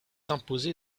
imposé